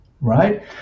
right